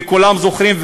וכולם זוכרים.